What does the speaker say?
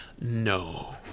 no